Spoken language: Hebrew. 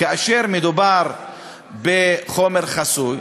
כאשר מדובר בחומר חסוי,